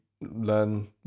learn